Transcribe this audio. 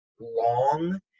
long